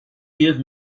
give